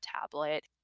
tablet